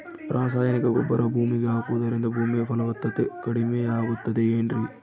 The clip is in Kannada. ರಾಸಾಯನಿಕ ಗೊಬ್ಬರ ಭೂಮಿಗೆ ಹಾಕುವುದರಿಂದ ಭೂಮಿಯ ಫಲವತ್ತತೆ ಕಡಿಮೆಯಾಗುತ್ತದೆ ಏನ್ರಿ?